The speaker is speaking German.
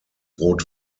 rot